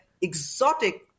exotic